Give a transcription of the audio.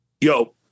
yo